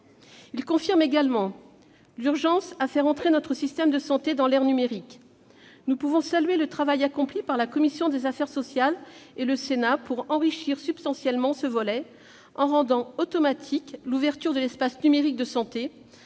Il confirme également la nécessité urgente de faire entrer notre système de santé dans l'ère numérique. Nous pouvons saluer le travail accompli par la commission des affaires sociales et, plus généralement, le Sénat pour enrichir substantiellement ce volet en rendant automatique l'ouverture de l'espace numérique de santé,